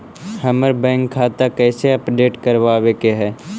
हमर बैंक खाता कैसे अपडेट करबाबे के है?